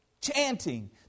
Chanting